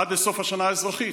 עד לסוף השנה האזרחית.